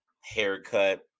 haircut